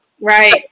Right